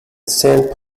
saint